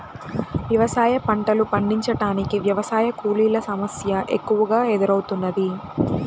వ్యవసాయ పంటలు పండించటానికి వ్యవసాయ కూలీల సమస్య ఎక్కువగా ఎదురౌతున్నది